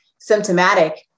symptomatic